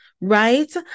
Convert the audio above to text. right